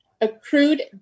Accrued